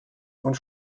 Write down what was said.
und